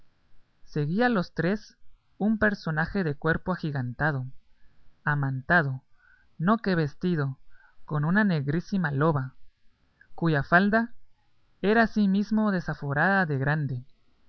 seguía a los tres un personaje de cuerpo agigantado amantado no que vestido con una negrísima loba cuya falda era asimismo desaforada de grande